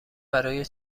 برای